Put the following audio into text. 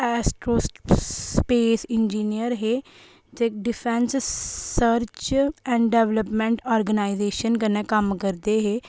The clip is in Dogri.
ऐस्ट्रो स्पेस इंजिनियर हे जे defence search and development organisation कन्नै कम्म करदे हे